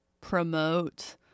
promote